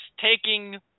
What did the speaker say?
taking